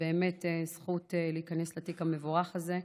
זו באמת זכות להיכנס לתיק המבורך הזה,